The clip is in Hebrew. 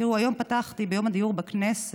תראו, היום פתחתי ביום הדיור בכנסת